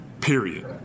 Period